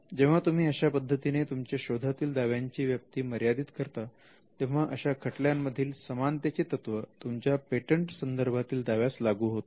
जेव्हा तुम्ही अशा पद्धतीने तुमच्या शोधातील दाव्यांची व्याप्ती मर्यादित करता तेव्हा अशा खटल्यांमधील समानतेचे तत्व तुमच्या पेटंट संदर्भातील दाव्यास लागू होत नाही